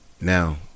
Now